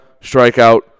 strikeout